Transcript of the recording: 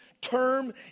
term